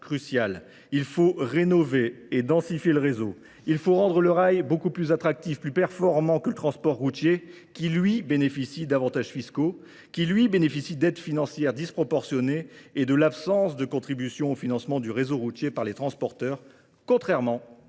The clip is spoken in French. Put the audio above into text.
Il faut rénover et densifier le réseau. Il faut rendre le rail beaucoup plus attractif, plus performant que le transport routier, qui lui bénéficie d'avantages fiscaux, qui lui bénéficie d'aides financières disproportionnées et de l'absence de contribution au financement du réseau routier par les transporteurs, contrairement aux opérateurs